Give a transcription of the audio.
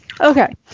okay